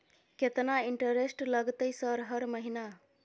केतना इंटेरेस्ट लगतै सर हर महीना?